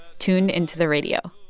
tuned into the radio.